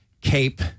cape